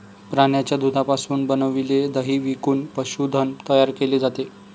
प्राण्यांच्या दुधापासून बनविलेले दही विकून पशुधन तयार केले जाते